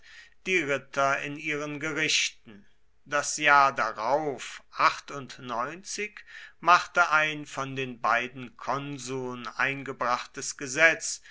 die ritter in ihren gerichten das jahr darauf machte ein von den beiden konsuln eingebrachtes gesetz